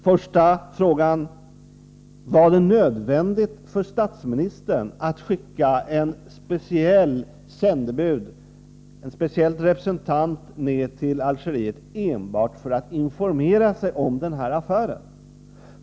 Först vill jag fråga: Var det nödvändigt för statsministern att skicka en speciell representant ner till Algeriet enbart för att informera sig om den här affären?